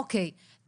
אוקיי,